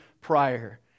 prior